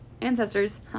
ancestors